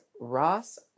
Ross